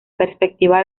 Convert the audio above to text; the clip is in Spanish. perspectiva